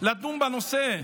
לדון בנושא,